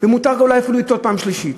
ומותר לו אולי אפילו לטעות פעם שלישית.